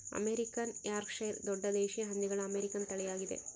American Yorkshire ದೊಡ್ಡ ದೇಶೀಯ ಹಂದಿಗಳ ಅಮೇರಿಕನ್ ತಳಿಯಾಗಿದೆ